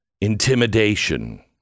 intimidation